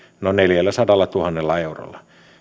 noin neljälläsadallatuhannella eurolla